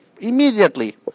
immediately